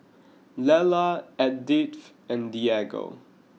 Lela Edythe and Diego